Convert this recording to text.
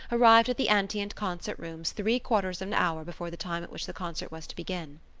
arrived at the antient concert rooms three-quarters of an hour before the time at which the concert was to begin.